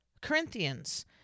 Corinthians